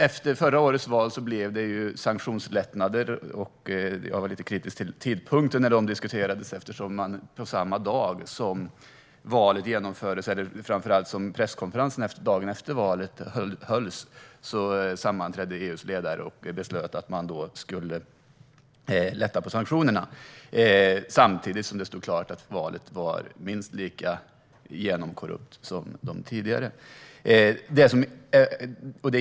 Efter förra årets val blev det sanktionslättnader, och jag var lite kritisk till vid vilken tidpunkt de diskuterades. EU:s ledare sammanträdde nämligen samma dag som valet genomfördes, eller framför allt när presskonferensen hölls dagen efter valet, och beslöt att man skulle lätta på sanktionerna - samtidigt som det stod klart att valet var minst lika genomkorrupt som de tidigare.